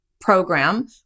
program